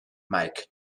meike